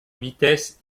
vitesse